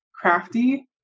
crafty